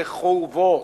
זה חובות.